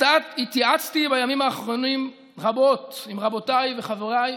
התייעצתי בימים האחרונים רבות עם רבותיי וחבריי,